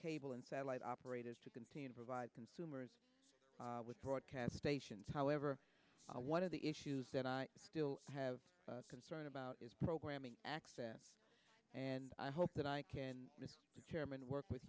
cable and satellite operators to continue to provide consumers with broadcast stations however one of the issues that i still have concern about is programming accent and i hope that i can determine work with